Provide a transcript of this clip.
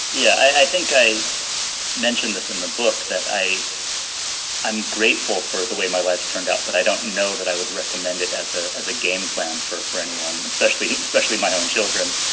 yeah. i think i mentioned this in the book that i i am grateful for the way my life turned out. but i don't know that i would recommend it as a as a game plan for it for anyone, especially especially my own children.